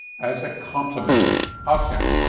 as a complement of him.